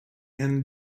end